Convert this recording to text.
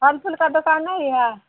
wholesale का दुकान नहीं है